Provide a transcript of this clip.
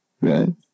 right